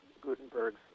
Gutenberg's